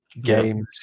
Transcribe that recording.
games